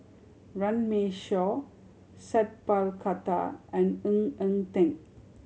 Runme Shaw Sat Pal Khattar and Ng Eng Teng